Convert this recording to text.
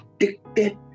addicted